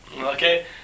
Okay